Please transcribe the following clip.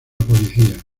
policía